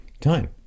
time